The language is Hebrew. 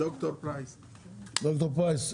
ד"ר פרייס,